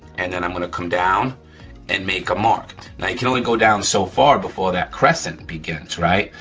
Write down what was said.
and then i'm gonna come down and make a mark. now, you can only go down so far before that crescent begins, right?